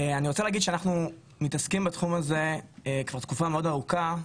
אני רוצה להגיד שאנחנו מתעסקים בתחום הזה כבר תקופה מאוד ארוכה,